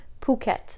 Phuket